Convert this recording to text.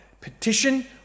petition